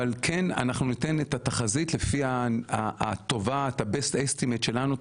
אבל כן אנחנו ניתן את התחזית לפי ה-best estimate שלנו,